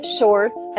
shorts